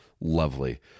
Lovely